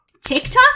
TikTok